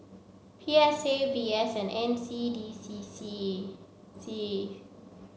P S A V S and N C D C C C